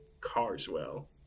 CARSWELL